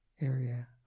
area